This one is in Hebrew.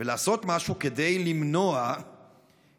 ולעשות משהו כדי למנוע את